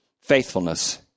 Faithfulness